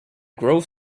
grove